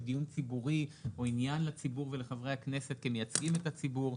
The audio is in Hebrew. דיון ציבורי או עניין לציבור ולחברי הכנסת כמייצגים את הציבור.